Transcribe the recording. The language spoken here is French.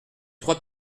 trois